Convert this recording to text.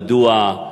מדוע,